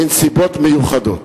בנסיבות מיוחדות.